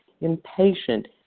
impatient